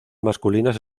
masculinas